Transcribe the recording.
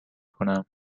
کنم